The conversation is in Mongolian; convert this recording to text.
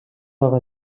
байгаа